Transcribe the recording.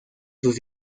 sus